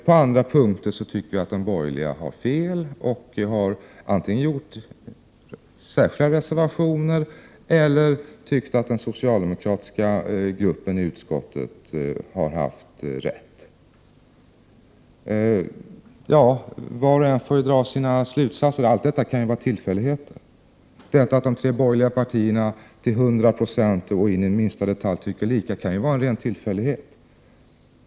På andra punkter tycker vi att de borgerliga har fel. Då har vi antingen gjort särskilda reservationer eller tyckt att den socialdemokratiska gruppen i utskottet har haft rätt. Var och en får dra sina slutsatser. Allt detta kan vara tillfälligheter. Att de tre borgerliga partierna till 100 96 och in i minsta detalj tycker lika kan vara en ren tillfällighet.